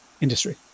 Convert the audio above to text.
industry